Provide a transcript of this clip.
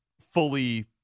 fully